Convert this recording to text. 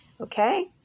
okay